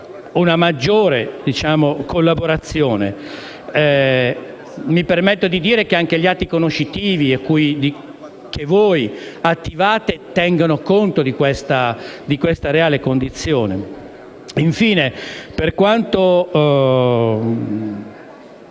una maggiore collaborazione. E mi permetto di chiedere che anche gli atti conoscitivi che voi attivate tengano conto di questa reale condizione.